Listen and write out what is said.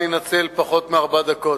אני אנצל פחות מארבע דקות.